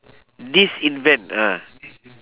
disinvent ah